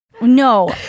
No